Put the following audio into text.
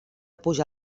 pujar